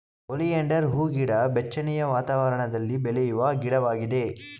oleander ಹೂಗಿಡ ಬೆಚ್ಚನೆಯ ವಾತಾವರಣದಲ್ಲಿ ಬೆಳೆಯುವ ಗಿಡವಾಗಿದೆ